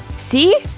see?